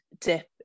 dip